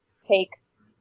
takes